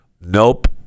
nope